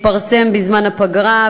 שהתפרסם בזמן הפגרה,